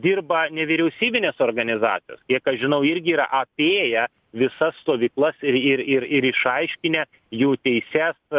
dirba nevyriausybinės organizacijos kiek aš žinau irgi yra apėję visas stovyklas ir ir ir ir išaiškinę jų teises